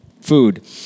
food